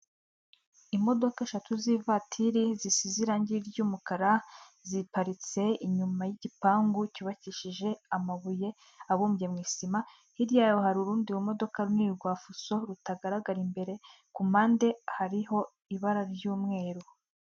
Imodoka eshatu z'ivatiri, zisize irangi ry'umukara, ziparitse inyuma y'igipangu cyubakishije amabuye abumbye mu isima, hirya yaho hari urundi mu modoka runini rwa fuso rutagaragara imbere, ku mpande hariho ibara ry'umweru.